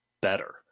better